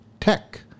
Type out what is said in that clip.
tech